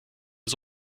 wir